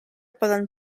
poden